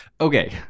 Okay